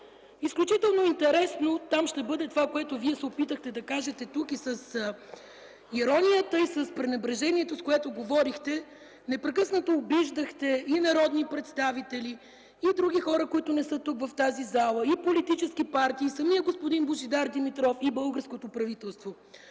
Изключително интересно там ще бъде това, което Вие се опитахте да кажете тук, и с иронията, и с пренебрежението, с което говорихте. Непрекъснато обиждахте и народни представители, и други хора, които не са тук, в тази зала, и политически партии, и самия господин Божидар Димитров, и българското правителство.